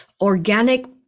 organic